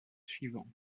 suivant